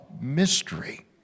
mystery